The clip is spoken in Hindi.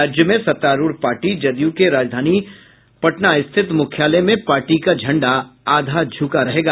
राज्य में सत्तारूढ़ पार्टी जदयू के राजधानी पटना स्थित मुख्यालय में पार्टी का झंडा आधा झुका रहेगा